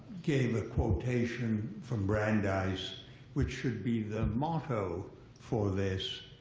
gave a quotation from brandeis which should be the motto for this,